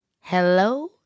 Hello